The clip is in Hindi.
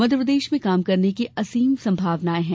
मध्यप्रदेश में काम करने की असीम संभावनाएँ हैं